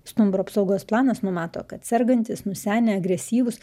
stumbro apsaugos planas numato kad sergantys nusenę agresyvūs